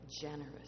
generous